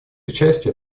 участия